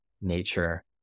nature